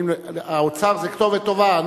האוצר זה כתובת טובה,